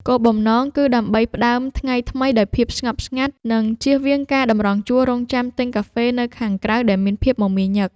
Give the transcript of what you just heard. គោលបំណង គឺដើម្បីផ្ដើមថ្ងៃថ្មីដោយភាពស្ងប់ស្ងាត់ និងជៀសវាងការតម្រង់ជួររង់ចាំទិញកាហ្វេនៅខាងក្រៅដែលមានភាពមមាញឹក។